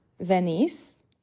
Venice